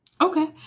Okay